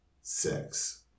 sex